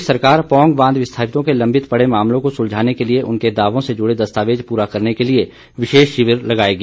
प्रदेश सरकार पौंग बांध विस्थापितों के लंबित पड़े मामलों को सुलझाने के लिए उनके दावों से जुड़े दस्तावेज पूरा करने के लिए विशेष शिविर लगाएगी